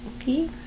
okay